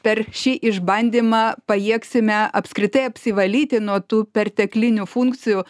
per šį išbandymą pajėgsime apskritai apsivalyti nuo tų perteklinių funkcijų